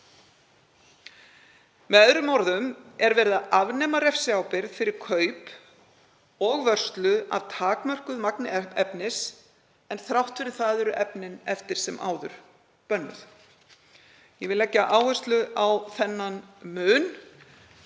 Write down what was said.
Með öðrum orðum er verið að afnema refsiábyrgð fyrir kaup og vörslu á takmörkuðu magni efnis en þrátt fyrir það eru efnin eftir sem áður bönnuð. Ég vil leggja áherslu á þennan mun,